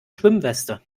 schwimmweste